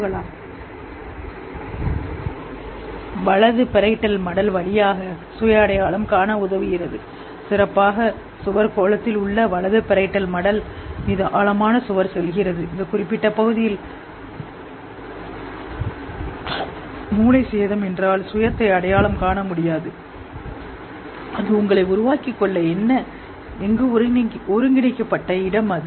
நாம்என்று இருந்தால் சுய இந்த அடையாள ஆஃப் சிறப்பாக சுவர் கோளத்தில் உள்ள வலது சுவர் மீது ஆழமான சுவர் செல்கிறது குறிப்பிட்ட பகுதியில் மூளை சேதம் அது உங்களை உருவாக்கிக் என்ன எங்கு ஒருங்கிணைக்கப்பட்ட இடம் அது